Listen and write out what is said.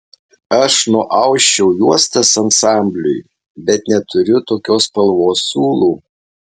aš nuausčiau juostas ansambliui bet neturiu tokios spalvos siūlų